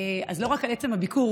ולא רק על עצם הביקור,